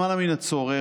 למעלה מן הצורך,